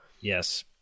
Yes